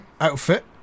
outfit